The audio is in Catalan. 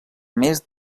més